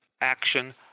action